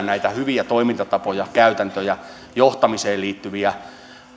näitä hyviä toimintatapoja käytäntöjä johtamiseen liittyviä